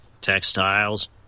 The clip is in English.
Textiles